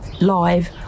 live